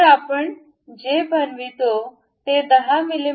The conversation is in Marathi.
तर आपण जे बनवितो ते 10 मि